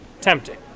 tempting